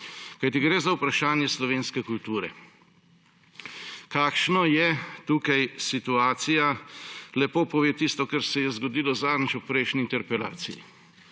Kajti gre za vprašanje slovenske kulture. Kakšna je tukaj situacija, lepo pove tisto, kar se je zgodilo zadnjič v prejšnji interpelaciji.